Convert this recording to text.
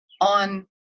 on